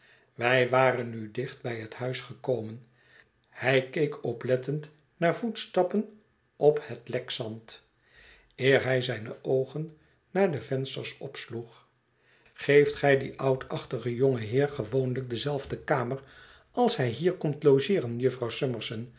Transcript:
wij waren nu dicht bij het huis gekomen hij keek oplettend naar voetstappen op het lekzand eer hij zijne oogen naar de vensters opsloeg geeft gij dien oudachtigen jongen heer gewoonlijk dezelfde kamer als hij hier komt logeeren jufvrouw summerson